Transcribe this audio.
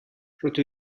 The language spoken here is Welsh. rydw